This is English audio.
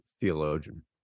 theologian